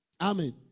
Amen